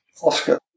Oscar